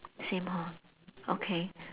same hor okay